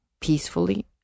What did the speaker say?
peacefully